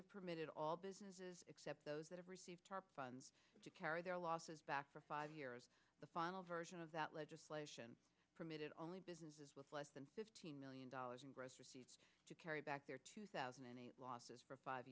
have permitted all businesses except those that have received tarp funds to carry their losses back for five years the final version of that legislation permitted only businesses with less than fifteen million dollars in gross to carry back their two thousand and eight losses for five